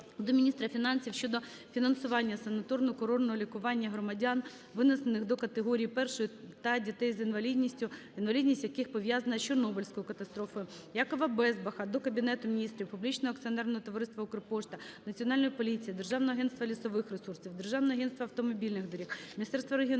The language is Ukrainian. до міністра фінансів щодо фінансування санаторно-курортного лікування громадян, віднесених до категорії 1 та дітей з інвалідністю, інвалідність яких пов'язана з Чорнобильською катастрофою. Якова Безбаха до Кабінету Міністрів, Публічного акціонерного товариства "Укрпошта", Національної поліції, Державного агентства лісових ресурсів, Державного агентства автомобільних доріг, Міністерства регіонального